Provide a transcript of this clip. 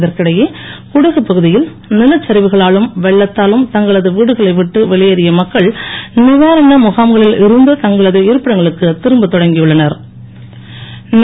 இதற்கிடையே குடகு பகுதியில் நிலச்சரிவுகளாலும் வென்ளத்தாலும் தங்களது வீடுகளை விட்டு வெளியேறிய மக்கள் நிவாரண முகாம்கவில் இருந்த தங்கள து இருப்பிடங்களுக்கு திரும்பத் தொடங்கியுள்ளன ர்